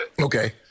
Okay